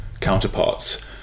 counterparts